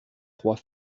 trois